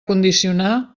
condicionar